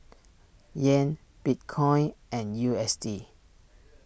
Yen Bitcoin and U S D